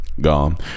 gone